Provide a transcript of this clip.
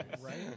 Right